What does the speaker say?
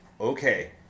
Okay